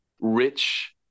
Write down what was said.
rich